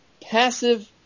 Passive